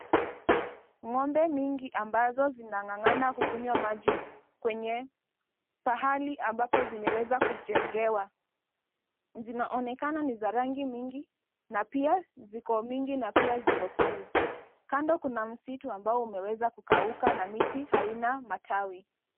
Ng'ombe mingi ambazo zinang'ang'ana kukunywa maji kwenye pahali ambapo zimeweza kujengewa. Zinaonekana ni za rangi mingi na pia ziko mingi na pia ziko kiu. Kando kuna msitu ambao umeweza kukauka na miti haina matawi.